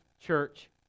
church